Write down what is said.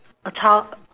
a child